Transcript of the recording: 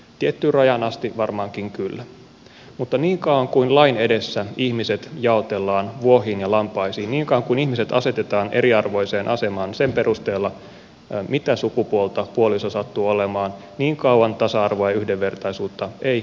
tiettyyn rajaan asti varmaankin kyllä mutta niin kauan kuin lain edessä ihmiset jaotellaan vuohiin ja lampaisiin niin kauan kuin ihmiset asetetaan eriarvoiseen asemaan sen perusteella mitä sukupuolta puoliso sattuu olemaan niin kauan tasa arvoa ja yhdenvertaisuutta ei ole saavutettu